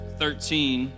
thirteen